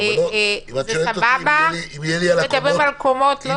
זה סבבה, אם מדברים על קומות, לא סבבה?